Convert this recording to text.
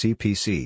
Cpc